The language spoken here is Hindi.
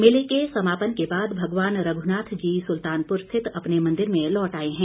मेले के समापन के बाद भगवान रघुनाथ जी सुल्तानपुर स्थित अपने मंदिर में लौट आए हैं